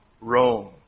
Rome